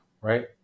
right